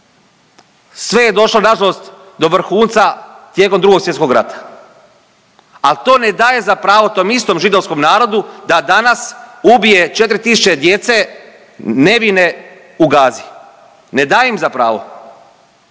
Sve je došlo nažalost do vrhunca tijekom Drugog svjetskog rata, ali to ne daje za pravo tom istom židovskom narodu da danas ubije 4 tisuće djece nevine u Gazi. Ne daje im za pravo.